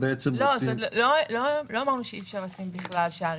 לא אמרנו שאי אפשר לשים בכלל שערים.